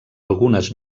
algunes